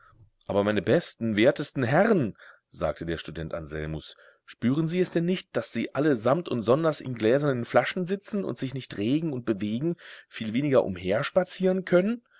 aber meine besten wertesten herren sagte der student anselmus spüren sie es denn nicht daß sie alle samt und sonders in gläsernen flaschen sitzen und sich nicht regen und bewegen viel weniger umherspazieren können